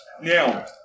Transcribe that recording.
Now